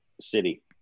city